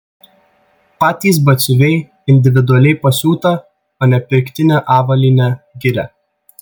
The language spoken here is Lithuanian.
patys batsiuviai individualiai pasiūtą o ne pirktinę avalynę giria